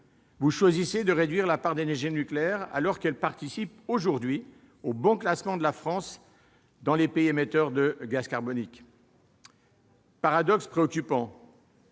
Vous choisissez de réduire la part de l'énergie nucléaire, alors que celle-ci participe aujourd'hui au bon classement de la France parmi les pays émetteurs de gaz carbonique. Et, paradoxe préoccupant,